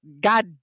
god